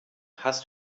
hast